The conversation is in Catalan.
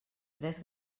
tres